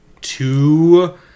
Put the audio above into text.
two